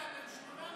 וכמה אתם נתתם?